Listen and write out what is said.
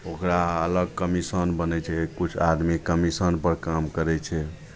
ओकरा अलग कमीशन बनै छै किछु आदमी कमीशनपर काम करै छै